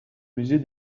musée